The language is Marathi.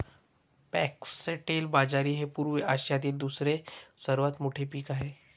फॉक्सटेल बाजरी हे पूर्व आशियातील दुसरे सर्वात मोठे पीक आहे